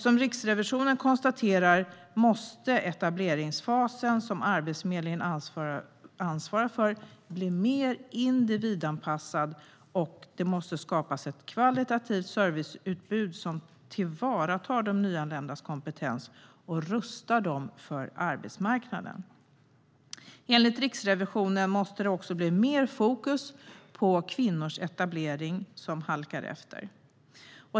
Som Riksrevisionen konstaterar måste etableringsfasen, som Arbetsförmedlingen ansvarar för, bli mer individanpassad, och det måste skapas ett högkvalitativt serviceutbud som tillvaratar de nyanländas kompetens och rustar dem för arbetsmarknaden. Enligt Riksrevisionen måste det också bli mer fokus på kvinnors etablering, som halkar efter.